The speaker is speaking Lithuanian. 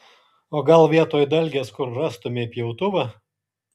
o gal vietoj dalgės kur rastumei pjautuvą